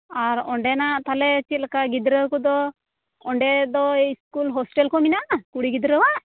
ᱟᱨ ᱚᱸᱰᱮᱱᱟᱜ ᱛᱟᱦᱞᱮ ᱪᱮᱜ ᱞᱮᱠᱟ ᱜᱤᱫᱽᱨᱟᱹ ᱠᱚᱫᱚ ᱚᱸᱰᱮ ᱫᱚ ᱤᱥᱠᱩᱞ ᱦᱳᱥᱴᱮᱞ ᱠᱚ ᱢᱮᱱᱟᱜᱼᱟ ᱠᱩᱲᱤ ᱜᱤᱫᱽᱨᱟᱹᱣᱟᱜ